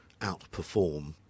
outperform